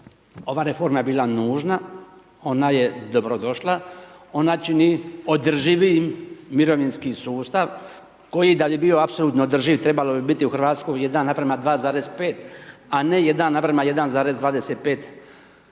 ova reforma je bila nužna, ona je dobro došla, ona čini održivim mirovinski sustav, koji da bi bio apsolutno održiv, trebalo bi biti u RH 1:2,5, a ne 1:1,25